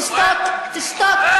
תשתוק.